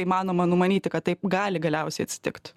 įmanoma numanyti kad taip gali galiausiai atsitikt